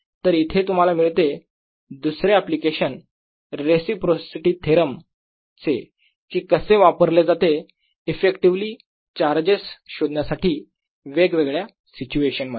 तर येथे तुम्हाला मिळते दुसरे एप्लिकेशन रेसिप्रोसिटी थेरम चे कि कसे वापरले जाते इफेक्टिवेली चार्जेस शोधण्यासाठी वेगवेगळ्या सिच्युएशन्स मध्ये